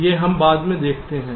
ये हम बाद में देखते रहेंगे